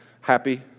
Happy